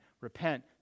Repent